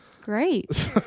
Great